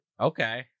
okay